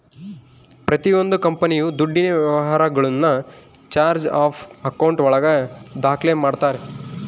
ಪ್ರತಿಯೊಂದು ಕಂಪನಿಯು ದುಡ್ಡಿನ ವ್ಯವಹಾರಗುಳ್ನ ಚಾರ್ಟ್ ಆಫ್ ಆಕೌಂಟ್ ಒಳಗ ದಾಖ್ಲೆ ಮಾಡ್ತಾರೆ